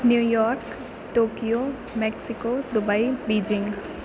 New York Tokyo Mexico Dubai Beijing